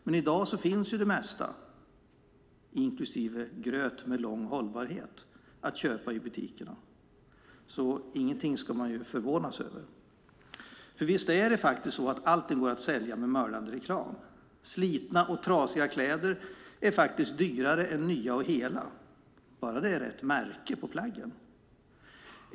Men i dag finns det mesta, inklusive gröt med lång hållbarhet, att köpa i butikerna. Man ska därför inte förvånas över någonting. Visst är det så att allting går att sälja med mördande reklam. Slitna och trasiga kläder är faktiskt dyrare än nya och hela, bara det är rätt märke på plaggen.